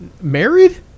Married